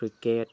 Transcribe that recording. cricket